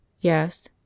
Yes